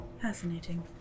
Fascinating